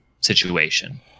situation